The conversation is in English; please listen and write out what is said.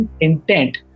intent